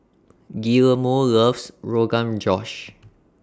Guillermo loves Rogan Josh